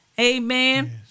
Amen